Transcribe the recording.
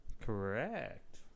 Correct